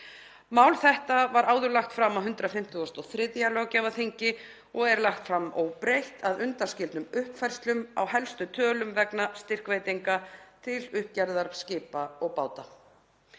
Mál þetta var áður lagt fram á 153. löggjafarþingi og er lagt fram óbreytt, að undanskildum uppfærslum á helstu tölum vegna styrkveitinga til uppgerðar skipa og báta.